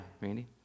Randy